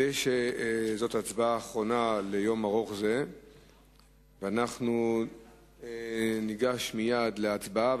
זאת ההצבעה האחרונה ליום ארוך זה ואנחנו ניגש מייד להצבעה.